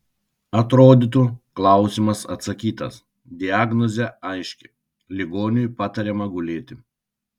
atrodytų klausimas atsakytas diagnozė aiški ligoniui patariama gulėti